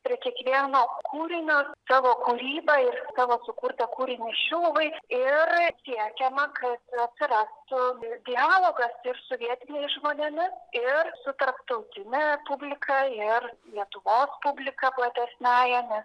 prie kiekvieno kūrinio savo kūrybą ir savo sukurtą kūrinį šiluvai ir siekiama kad atsirastų dialogas ir su vietiniais žmonėmis ir su tarptautine publika ir lietuvos publika platesniąja nes